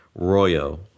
Royo